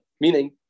meaning